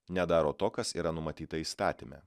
nedaro to kas yra numatyta įstatyme